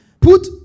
Put